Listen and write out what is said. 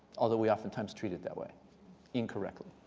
although we oftentimes treat it that way incorrectly.